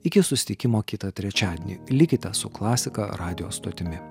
iki susitikimo kitą trečiadienį likite su klasika radijo stotimi